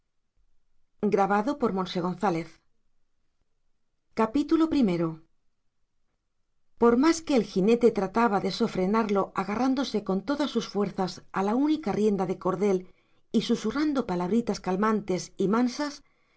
ulloa emilia pardo bazán tomo i por más que el jinete trataba de sofrenarlo agarrándose con todas sus fuerzas a la única rienda de cordel y susurrando palabritas calmantes y mansas